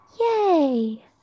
Yay